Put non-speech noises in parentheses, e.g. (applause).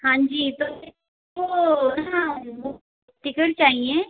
हांजी (unintelligible) टिकेट चाहिए